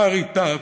ברי טף,